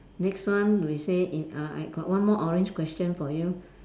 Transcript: next one we say in uh I got one more orange question for you